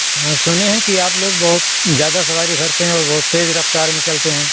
ह सुने हैं कि आप लोग बहुत ज़्यादा सवारी भरते हैं और बहुत तेज़ रफ़्तार मे चलते हैं